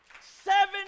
seven